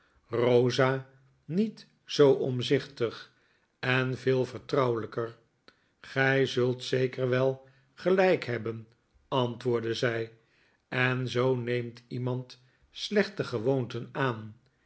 rosa niet zoo omzichtig en veel vertrouwelijker gij zult zeker wel gelijk hebben antwoordde zij en zoo neemt iemand slechte gewoonten aan